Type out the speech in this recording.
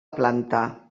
planta